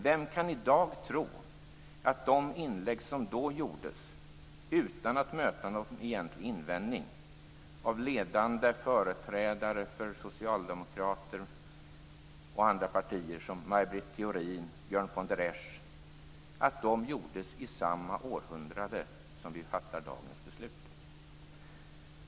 Vem kan i dag tro att de inlägg som då gjordes, utan att möta någon egentlig invändning, av ledande företrädare för Socialdemokraterna och andra partier, t.ex. Maj Britt Theorin och Björn von der Esch, gjordes i samma århundrade som när vi fattar dagens beslut?